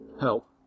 help